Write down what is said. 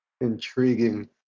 Intriguing